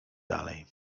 dalej